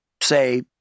say